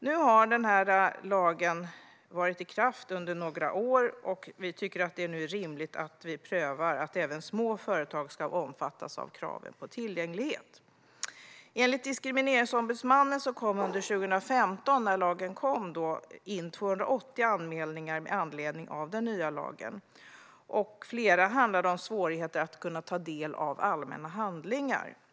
Nu har denna lag varit i kraft under några år, och vi tycker att det är rimligt att nu pröva att även små företag ska omfattas av kravet på tillgänglighet. Enligt Diskrimineringsombudsmannen kom det under 2015 in 280 anmälningar med anledning av den nya lagen. Flera handlade om svårigheter att ta del av allmänna handlingar.